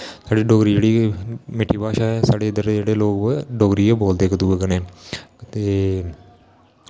साढ़ी डोगरी जेह्ड़ी मिट्ठी भाशा ऐ साढ़े इद्धर दे जेह्ड़े लोग डोगरी गै बोलदे इक दुए कन्नै ते